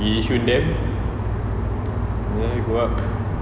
gi yishun dam then go up